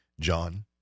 John